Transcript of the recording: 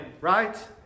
Right